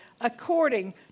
according